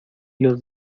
los